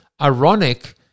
ironic